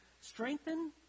strengthen